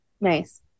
Nice